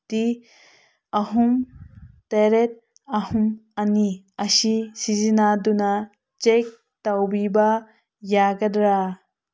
T ꯑꯍꯨꯝ ꯇꯔꯦꯠ ꯑꯍꯨꯝ ꯑꯅꯤ ꯑꯁꯤ ꯁꯤꯖꯤꯟꯅꯗꯨꯅ ꯆꯦꯛ ꯇꯧꯕꯤꯕ ꯌꯥꯒꯗ꯭ꯔꯥ